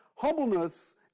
humbleness